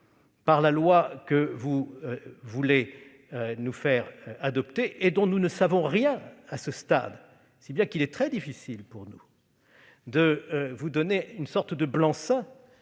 par la loi que vous voulez nous faire adopter, et dont nous ne savons rien à ce stade. Il est donc très difficile pour nous de vous donner une sorte de blanc-seing,